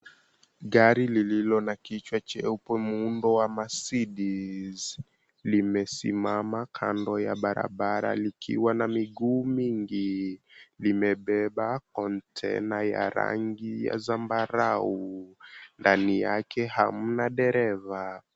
Gari lililo na kichwa cheupe, muundo wa Mercedes, limesimama kando ya barabara likiwa na miguu mingi, limebeba konteina ya rangi ya zambarau, ndani yake hamna dereva.